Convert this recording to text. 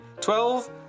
Twelve